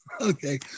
okay